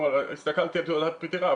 הסתכלתי בתעודת הפטירה של עומר שלנו,